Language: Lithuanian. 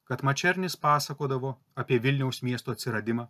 kad mačernis pasakodavo apie vilniaus miesto atsiradimą